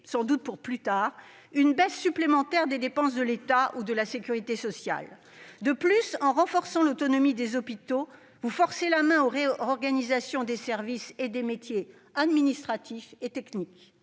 pour justifier, plus tard, une baisse supplémentaire des dépenses de l'État ou de la sécurité sociale. De plus, en renforçant l'autonomie des hôpitaux, vous forcez la main aux réorganisations des services et des métiers administratifs et techniques.